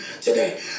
today